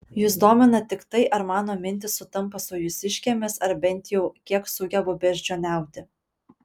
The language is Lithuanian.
jus domina tik tai ar mano mintys sutampa su jūsiškėmis ar bent jau kiek sugebu beždžioniauti